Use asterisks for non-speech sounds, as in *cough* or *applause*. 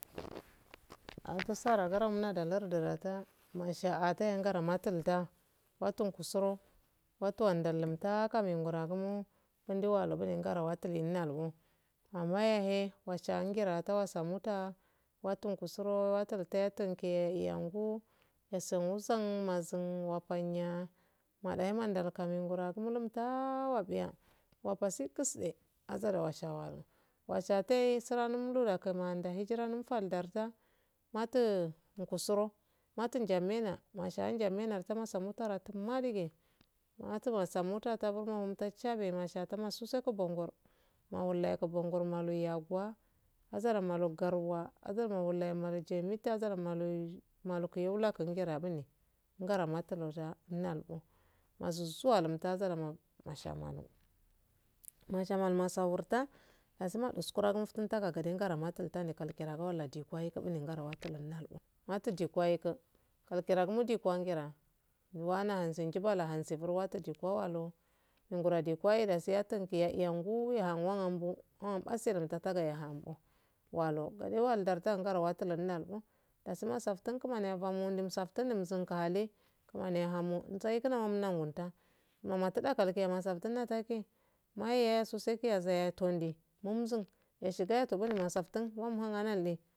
*noise* atsaragamma lardilata masha ashangra mafida watunkku suro watuwa damta kundo walugune *unintelligible* o amma yahe washa engra ta osamuta watugusuro walkuyange yanguu masan wasan wazan wafanya madaye madan kamen guro wa gumultaa wabia wafa kidise qzra washa wa wa shatei suranum luda kgmanda hijiranum faldata matu ngusuro matu ngamena mashaye njamena tamasal mutara timmadige matu massan muta tuburma muta chabe masha tuma su sekubongor mawullayegu bongor malu yagua azara malu garwa azara malu llaye cheyimeta azara malu mulugu yola kunjera bune nganama tudoda malu masu su alumta azara ma mashamalum mashamalum masawurta dasi maduskura dum tum tega gade ngana matulta nyikarago walla dikwa yigu bine ngaro watanulagu matu dikwa yigu kalkira gu dikwa ingira wanahen zigizibala dikwa wato ngowa dikwa e dasi yatu kiyan iyn guu yahum wan hangu wangan gwase dasi dalta tasaya yahanbu walo gade waldatangaro dasi mofsaftin kumani a fomo nduf saftun ku mani a hamo zaiku num mahumta kakeya a saftan a fake maiye yaso saikiyazaye tonde momuzen eshigayato mofsastun wamhum ganande